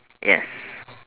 yes